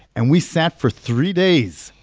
and we sat for three days,